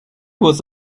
was